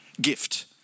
gift